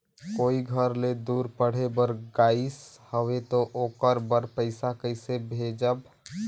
कोई घर ले दूर पढ़े बर गाईस हवे तो ओकर बर पइसा कइसे भेजब?